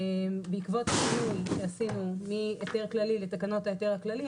בעקבות השינוי שעשינו מהיתר כללי לתקנות ההיתר הכללי,